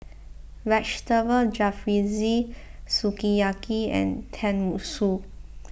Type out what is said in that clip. Vegetable Jalfrezi Sukiyaki and Tenmusu